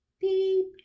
beep